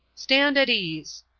stand at ease!